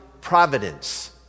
providence